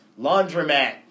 Laundromat